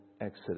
exodus